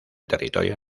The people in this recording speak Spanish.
territorio